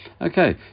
Okay